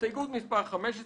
הסתייגות מספר 15 שלנו: